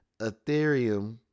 Ethereum